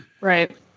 right